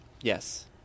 Yes